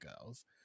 Girls